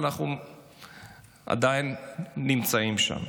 ואנחנו עדיין נמצאים שם.